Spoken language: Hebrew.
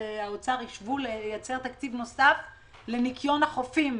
האוצר ישבו לייצר תקציב נוסף לניקיון החופים,